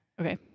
Okay